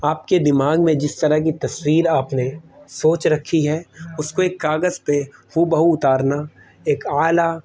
آپ کے دماغ میں جس طرح کی تصویر آپ نے سوچ رکھی ہے اس کو ایک کاغذ پہ ہوبہ ہو اتارنا ایک اعلیٰ